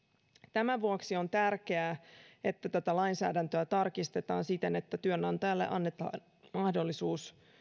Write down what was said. tämän vuoksi on tärkeää että tätä lainsäädäntöä tarkistetaan siten että työnantajalle annetaan mahdollisuus